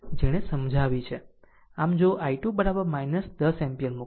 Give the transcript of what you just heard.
આમ જો I2 10 ampere મૂકો